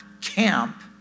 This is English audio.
camp